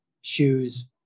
shoes